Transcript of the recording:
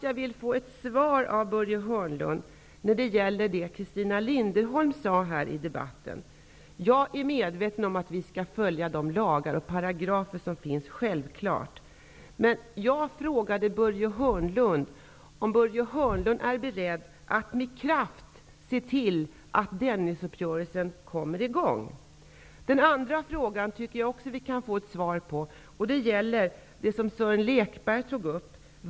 Jag vill ha ett svar av Börje Hörnlund när det gäller det som Christina Linderholm sade i debatten. Jag är självfallet medveten om att vi skall följa de lagar som gäller. Men jag frågade Börje Hörnlund om han är beredd att med kraft se till att Dennisuppgörelsen kommer i gång. Jag tycker också att vi kan få svar på det Sören Lekberg tog upp.